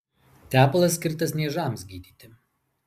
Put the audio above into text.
tepalas skirtas niežams gydyti